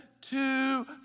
two